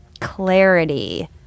clarity